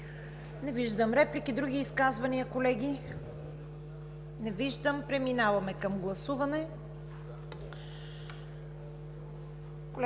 Не виждам. Други изказвания, колеги? Не виждам. Преминаваме към гласуване.